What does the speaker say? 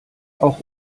auch